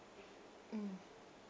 mm